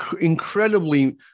incredibly